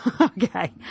Okay